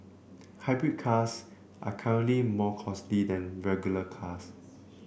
hybrid cars are currently more costly than regular cars